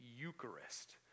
Eucharist